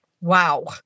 Wow